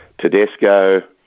Tedesco